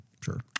Sure